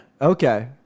Okay